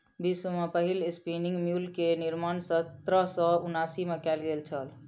विश्व में पहिल स्पिनिंग म्यूल के निर्माण सत्रह सौ उनासी में कयल गेल छल